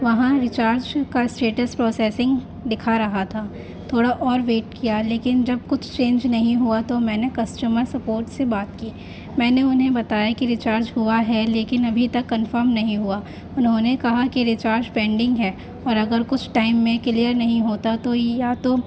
وہاں ریچارج کا status processing دکھا رہا تھا تھوڑا اور ویٹ کیا لیکن جب کچھ چینج نہیں ہوا تو میں نے کسٹمر سپورٹ سے بات کی میں نے انہیں بتایا کہ ریچارج ہوا ہے لیکن ابھی تک کنفرم نہیں ہوا انہوں نے کہا کہ ریچارج پینڈنگ ہے اور اگر کچھ ٹائم میں کلیئر نہیں ہوتا تو یا تو